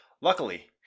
Luckily